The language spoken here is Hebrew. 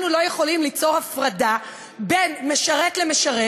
אנחנו לא יכולים ליצור הפרדה בין משרת למשרת